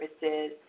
services